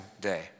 day